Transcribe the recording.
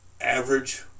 Average